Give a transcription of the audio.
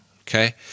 okay